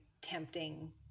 tempting